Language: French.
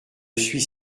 suis